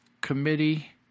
Committee